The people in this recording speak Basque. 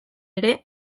ere